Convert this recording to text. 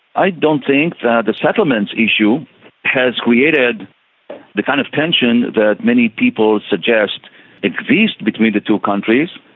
i don't think that the settlements issue has created the kind of tension that many people suggest exists between the two countries.